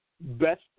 best